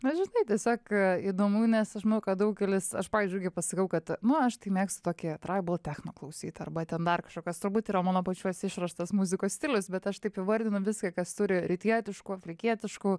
na žinai tiesiog įdomu nes aš manau kad daugelis aš pavyzdžiui irgi pasakiau kad nu aš tai mėgstu tokį tribal techno klausyti arba ten dar kažko kas turbūt yra mano pačios išrastas muzikos stilius bet aš taip įvardinu viską kas turi rytietiškų afrikietiškų